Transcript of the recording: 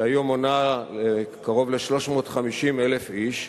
שהיום מונה קרוב ל-350,000 איש,